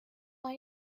آیا